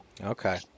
Okay